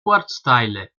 ortsteile